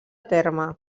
terme